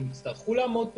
הם יצטרכו לעמוד בסילבוס,